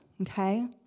Okay